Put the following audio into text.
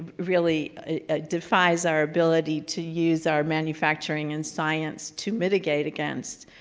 really defies our ability to use our manufacturing and science to mitigate against.